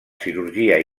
cirurgia